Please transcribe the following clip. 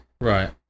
Right